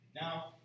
Now